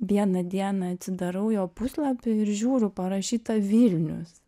vieną dieną atsidarau jo puslapį ir žiūriu parašyta vilnius